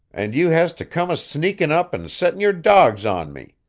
and you has to come a-sneakin' up and settin' your dogs on me.